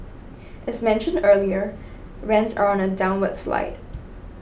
as mentioned earlier rents are on a downward slide